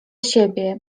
siebie